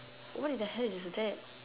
what in the hell is that